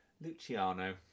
Luciano